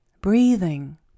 Breathing